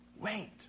Wait